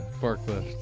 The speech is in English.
Forklift